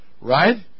right